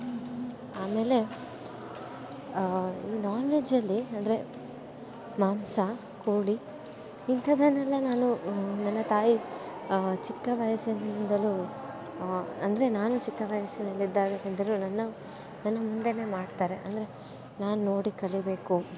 ಆಮೇಲೆ ಈ ನಾನ್ವೆಜ್ಜಲ್ಲಿ ಅಂದರೆ ಮಾಂಸ ಕೋಳಿ ಇಂಥದ್ದನ್ನೆಲ್ಲ ನಾನು ನನ್ನ ತಾಯಿ ಚಿಕ್ಕ ವಯಸ್ಸಿನಿಂದಲೂ ಅಂದರೆ ನಾನು ಚಿಕ್ಕ ವಯಸ್ಸಿನಲ್ಲಿದ್ದಾಗನಿಂದಲೂ ನನ್ನ ನನ್ನ ಮುಂದೆಯೇ ಮಾಡ್ತಾರೆ ಅಂದರೆ ನಾನು ನೋಡಿ ಕಲಿಯಬೇಕು